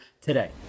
today